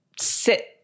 sit